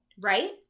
right